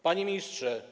Panie Ministrze!